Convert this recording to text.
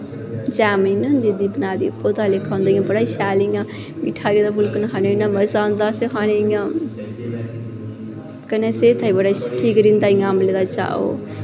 जैमिन नी होंदे बनाए दे ओह्दे आह्ला लेक्खा होंदा इ'यां बड़ा शैल इ'यां मिट्ठा गेदा फुलके कन्नै खाने दा मज़ा आंदा इ'यां कनै सेह्त आस्तै ठीक रौंह्दा इ'यां आमलें दा चा'र